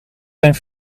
zijn